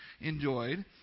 enjoyed